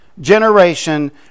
generation